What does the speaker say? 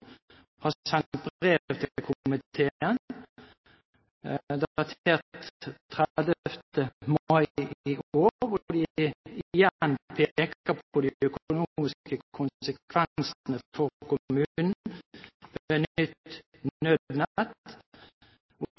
har sendt brev til komiteen, som er datert 30. mai i år, der de igjen peker på de økonomiske konsekvensene for kommunene med nytt nødnett, og